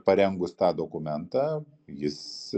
parengus tą dokumentą jis